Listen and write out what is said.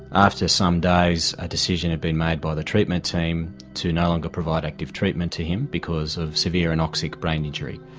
after some days a decision had been made by the treatment team to no longer provide active treatment to him because of severe anoxic brain injury.